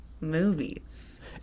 movies